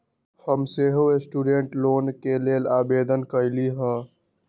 हम सेहो student loan के लेल आवेदन कलियइ ह